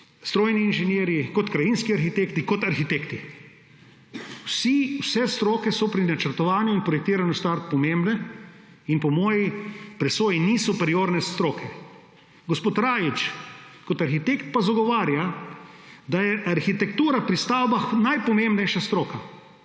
strojni inženirji, kot krajinski arhitekti, kot arhitekti. Vsi, vse stroke so pri načrtovanju in projektiranju stavb pomembne. Po moji presoji ni superiorne stroke. Gospod Rajić pa kot arhitekt zagovarja, da je arhitektura pri stavbah najpomembnejša stroka.